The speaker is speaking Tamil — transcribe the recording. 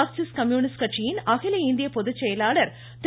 மார்க்சிஸ்ட் கம்யூனிஸ்ட் கட்சியின் அகில இந்திய பொதுச்செயலாளர் திரு